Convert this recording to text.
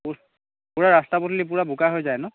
পূৰা ৰাস্তা পদূলি পূৰা বোকা হৈ যায় ন